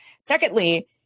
Secondly